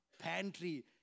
pantry